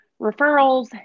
referrals